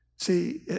See